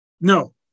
No